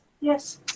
Yes